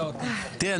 אתה מפריע למטי.